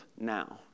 now